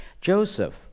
Joseph